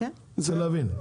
אני רוצה להבין.